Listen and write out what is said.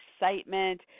excitement